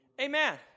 Amen